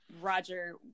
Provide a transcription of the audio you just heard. Roger